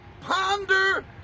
ponder